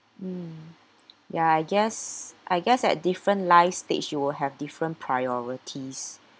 mm ya I guess I guess at different life stage you will have different priorities